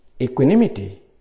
Equanimity